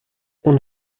اون